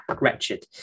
wretched